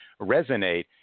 resonate